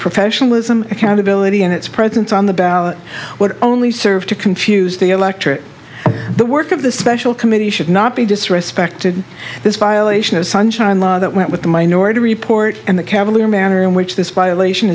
professionalism accountability and its presence on the ballot what only serves to confuse the electorate the work of special committee should not be disrespected this violation of sunshine law that went with the minority report and the cavalier manner in which this violation